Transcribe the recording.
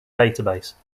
database